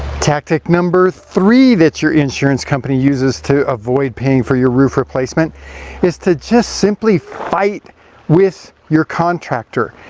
tactic number three that your insurance company uses to avoid paying for your roof replacement is, to just simply fight with your contractor.